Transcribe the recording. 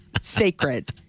Sacred